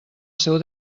seu